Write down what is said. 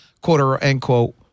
quote-unquote